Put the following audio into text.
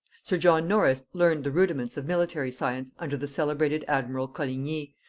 sir john norris learned the rudiments of military science under the celebrated admiral coligni,